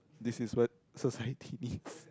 this is what society needs